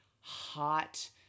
hot